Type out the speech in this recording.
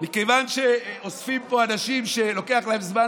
מכיוון שאוספים פה אנשים שלוקח להם זמן